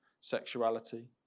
sexuality